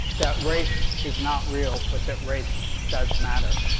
that race is not real but that race does matter.